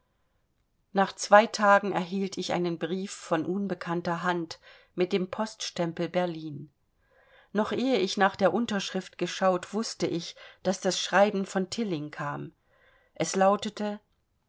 nach zwei tagen erhielt ich einen brief von unbekannter hand mit dem poststempel berlin noch ehe ich nach der unterschrift geschaut wußte ich daß das schreiben von tilling kam es lautete